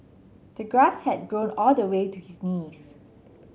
the grass had grown all the way to his knees